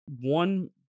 one